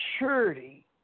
maturity